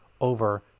over